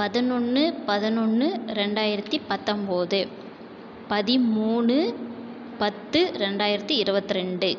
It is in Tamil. பதினொன்னு பதினொன்னு ரெண்டாயிரத்தி பத்தொம்பது பதிமூணு பத்து ரெண்டாயிரத்தி இருவத்தி ரெண்டு